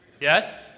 Yes